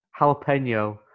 jalapeno